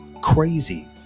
crazy